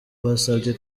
basabye